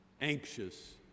anxious